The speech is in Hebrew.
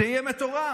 זה יהיה מטורף.